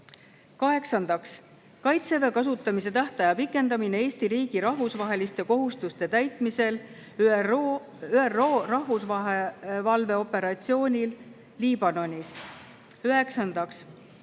Kaheksandaks, "Kaitseväe kasutamise tähtaja pikendamine Eesti riigi rahvusvaheliste kohustuste täitmisel ÜRO rahuvalveoperatsioonil Liibanonis".